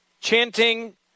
chanting